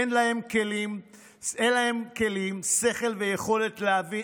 אין לך כלים, שכל ויכולת להבין